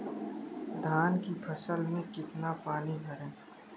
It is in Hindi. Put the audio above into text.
धान की फसल में कितना पानी भरें?